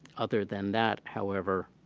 other than that, however,